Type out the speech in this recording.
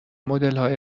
مدلهای